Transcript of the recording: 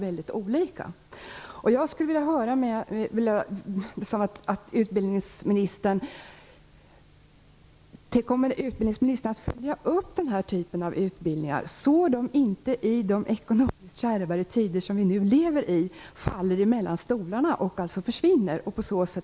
På det sättet mister vi ju något som är värdefullt för en så unik skolform som folkhögskolan.